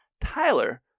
Tyler